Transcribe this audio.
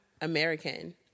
American